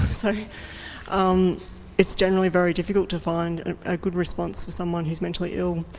so um it's generally very difficult to find a good response for someone who's mentally ill.